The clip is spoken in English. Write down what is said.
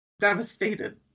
devastated